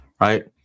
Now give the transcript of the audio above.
right